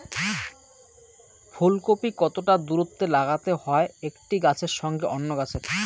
ফুলকপি কতটা দূরত্বে লাগাতে হয় একটি গাছের সঙ্গে অন্য গাছের?